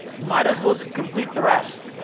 might as well just complete the rest,